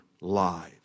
lives